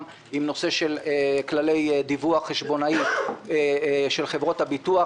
עם כללי דיווח חשבונאי של חברות הביטוח,